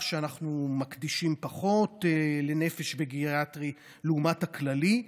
שאנחנו מקדישים פחות לנפש וגריאטרי לעומת הכללי.